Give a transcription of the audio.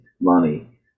money